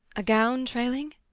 a gown trailing?